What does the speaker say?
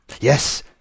Yes